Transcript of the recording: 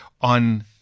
on